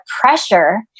pressure